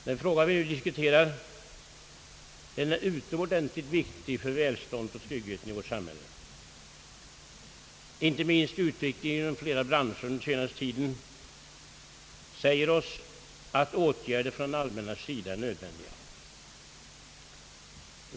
Den frågan är utomordentligt viktig för välståndet och tryggheten i vårt samhälle. Inte minst utvecklingen inom många branscher under den senaste tiden säger oss att åtgärder från det allmännas sida är nödvändiga.